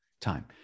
time